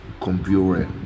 computer